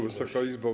Wysoka Izbo!